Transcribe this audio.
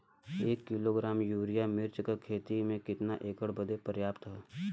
एक kilogram urea मिर्च क खेती में कितना एकड़ बदे पर्याप्त ह?